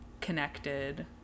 connected